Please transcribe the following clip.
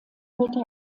heute